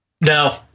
No